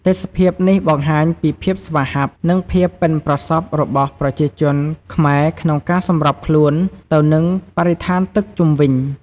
ទេសភាពនេះបង្ហាញពីភាពស្វាហាប់ និងភាពប៉ិនប្រសប់របស់ប្រជាជនខ្មែរក្នុងការសម្របខ្លួនទៅនឹងបរិស្ថានទឹកជុំវិញខ្លួន។